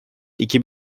iki